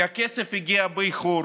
כי הכסף הגיע באיחור,